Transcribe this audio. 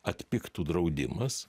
atpigtų draudimas